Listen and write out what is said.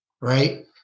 right